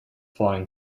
flying